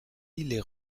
les